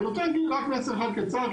אני רוצה להגיד רק מסר אחד קצר,